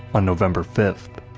on november five.